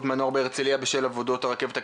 מנור בהרצליה בשל עבודות הרכבת הקלה.